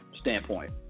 standpoint